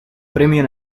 premio